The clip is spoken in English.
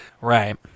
Right